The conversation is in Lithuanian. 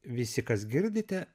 visi kas girdite